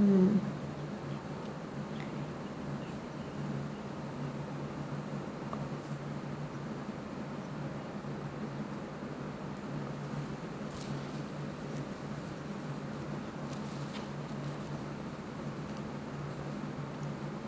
mm